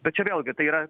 tai čia vėlgi tai yra